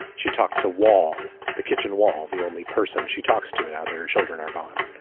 she talked to wall. the kitchen wall. the only person she talks to and other children are gone.